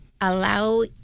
allow